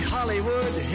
Hollywood